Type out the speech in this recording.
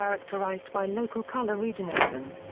characterized by local color regionalism.